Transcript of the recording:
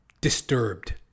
disturbed